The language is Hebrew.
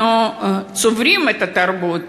אנחנו צורכים תרבות,